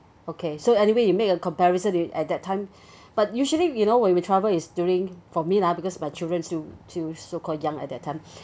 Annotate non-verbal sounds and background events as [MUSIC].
okay so anyway you make a comparison it at that time [BREATH] but usually you know when we travel is during for me lah because my children still still so called young at that time [BREATH]